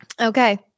Okay